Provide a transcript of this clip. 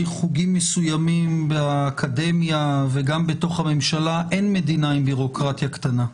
חוגים מסוימים באקדמיה וגם בממשלה אין מדינה עם ביורוקרטיה קטנה.